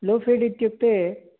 low field इत्युक्ते